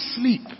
sleep